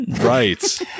right